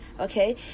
Okay